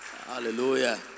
Hallelujah